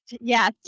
Yes